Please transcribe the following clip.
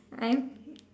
I'm